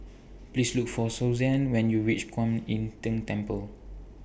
Please Look For Susanne when YOU REACH Kuan Im Tng Temple